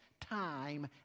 time